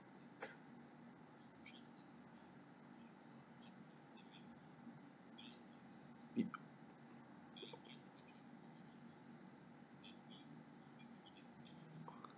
it